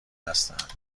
هستند